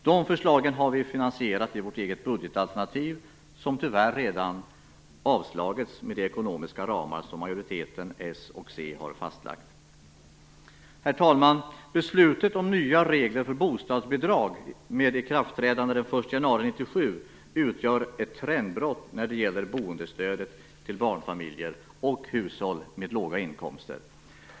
De förslagen har vi finansierat i vårt eget budgetalternativ som tyvärr redan har avslagits med de ekonomiska ramar som majoriteten s och c har fastlagt. Herr talman! Beslutet om nya regler för bostadsbidrag med ikraftträdande den 1 januari 1997 utgör ett trendbrott när det gäller boendestödet till barnfamiljer och hushåll med låga inkomster.